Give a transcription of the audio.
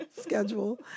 schedule